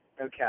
Okay